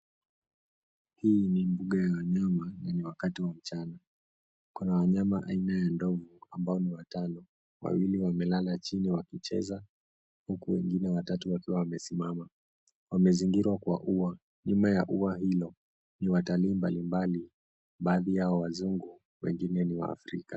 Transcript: Hii ni mbuga ya wanyama na ni wakati wa mchana. Kuna wanyama aina ya ndovu ambao ni watano. Wawili wamelala chini wakicheza, huku wengine watatu wakiwa wamesimama. Wamezingirwa kwa ua. Nyuma ya ua hilo ni watalii mbali mbali. Baadhi yao wazungu, wengine ni waafrika.